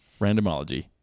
randomology